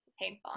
Painful